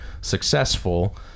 successful